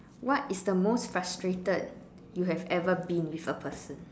what is the most frustrated you have ever been with a person